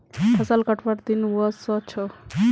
फसल कटवार दिन व स छ